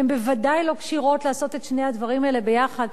הן בוודאי לא כשירות לעשות את שני הדברים האלה ביחד,